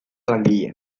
langile